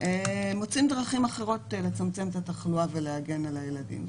מוצאים דרכים אחרות לצמצם את התחלואה ולהגן על הילדים.